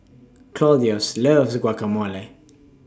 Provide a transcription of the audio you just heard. Claudius loves Guacamole